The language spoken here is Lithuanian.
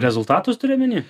rezultatus turi omeny